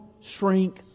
shrink